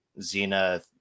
Xena